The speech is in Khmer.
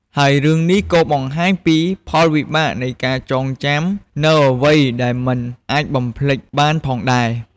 ហើយរឿងនេះក៏បង្ហាញពីផលវិបាកនៃការចងចាំនូវអ្វីដែលមិនអាចបំភ្លេចបានផងដែរ ។